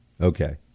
Okay